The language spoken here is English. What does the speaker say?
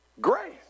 Grace